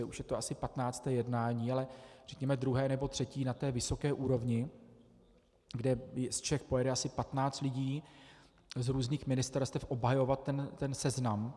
Už je to asi patnácté jednání, ale řekněme druhé nebo třetí na té vysoké úrovni, kdy z Čech pojede asi patnáct lidí z různých ministerstev obhajovat ten seznam.